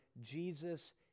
Jesus